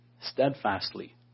steadfastly